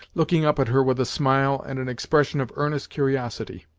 looking up at her with a smile and an expression of earnest curiosity,